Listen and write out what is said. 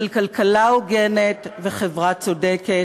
של כלכלה הוגנת וחברה צודקת,